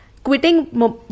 Quitting